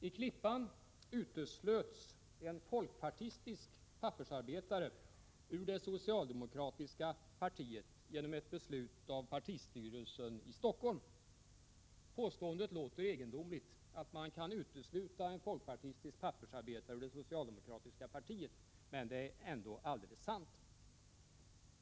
I Klippan uteslöts en folkpartistisk pappersarbetare ur det socialdemokratiska partiet genom ett beslut av partistyrelsen i Stockholm. Påståendet att man kan utesluta en folkpartistisk pappersarbetare ur det socialdemokratiska partiet låter egendomligt, men det är ändå alldeles sant.